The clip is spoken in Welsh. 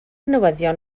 newyddion